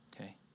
okay